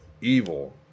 evil